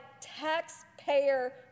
taxpayer